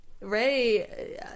Ray